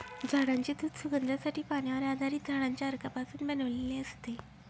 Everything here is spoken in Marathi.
झाडांचे दूध सुगंधासाठी, पाण्यावर आधारित झाडांच्या अर्कापासून बनवलेले असते